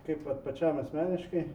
kaip vat pačiam asmeniškai